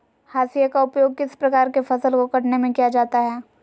हाशिया का उपयोग किस प्रकार के फसल को कटने में किया जाता है?